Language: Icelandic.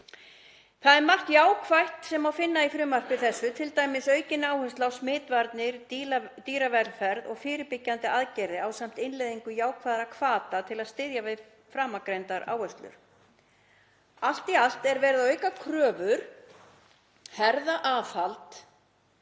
Það er margt jákvætt sem má finna í frumvarpi þessu, t.d. aukin áhersla á smitvarnir, dýravelferð og fyrirbyggjandi aðgerðir ásamt innleiðingu jákvæðra hvata til að styðja við framangreindar áherslur. Allt í allt er verið að auka kröfur, herða aðhald